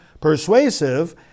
persuasive